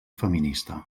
feminista